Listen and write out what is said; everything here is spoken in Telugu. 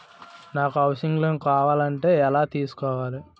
నాకు హౌసింగ్ లోన్ కావాలంటే ఎలా తీసుకోవాలి?